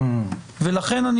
ולכן,